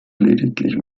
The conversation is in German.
lediglich